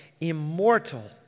immortal